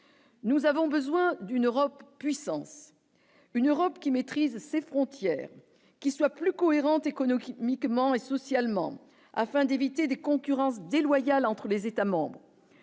Nous avons besoin d'une Europe puissance, une Europe qui maîtrise ses frontières qui soit plus cohérente écono qui mi que ment et socialement afin d'éviter des concurrence déloyale entre les États membres,